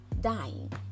dying